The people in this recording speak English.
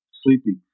sleepy